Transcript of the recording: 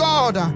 God